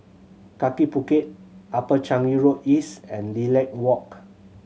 Kaki Bukit Upper Changi Road East and Lilac Walk